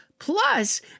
Plus